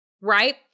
right